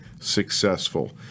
successful